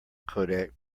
codec